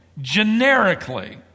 generically